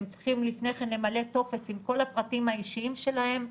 הם צריכים לפני כן למלא טופס עם כל הפרטים האישיים שלהם,